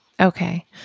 Okay